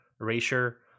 erasure